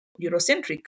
Eurocentric